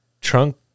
trunk